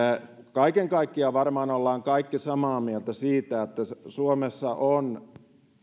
kaiken kaikkiaan varmaan olemme kaikki samaa mieltä siitä että suomessa on